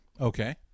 Okay